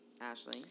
Ashley